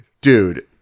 dude